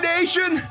Nation